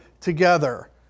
together